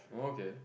oh okay